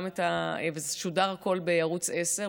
זה שודר בערוץ עשר,